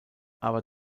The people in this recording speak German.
aber